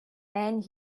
and